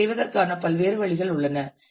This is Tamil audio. இதைச் செய்வதற்கான பல்வேறு வழிகள் உள்ளன